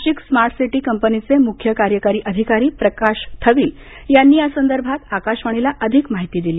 Nashik smart city कंपनीचे मुख्य कार्यकारी अधिकारी प्रकाश थविल यांनी या संदर्भात आकाशवाणीला अधिक माहिती दिली